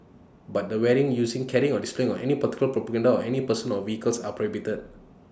but the wearing using carrying or displaying of any political propaganda on any person or vehicles are prohibited